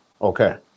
Okay